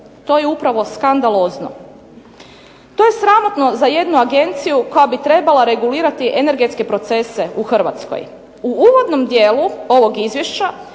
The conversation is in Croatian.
To je upravo skandalozno. To je sramotno za jednu agenciju koja bi trebala regulirati energetske procese u Hrvatskoj. U uvodnom dijelu ovog izvješća